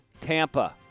Tampa